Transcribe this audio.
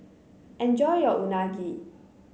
enjoy your Unagi